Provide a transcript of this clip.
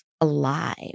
alive